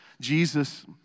Jesus